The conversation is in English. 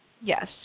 Yes